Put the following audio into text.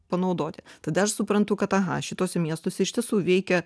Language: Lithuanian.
panaudoti tada aš suprantu kad aha šituose miestuose iš tiesų veikia